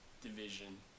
division